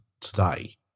today